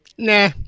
Nah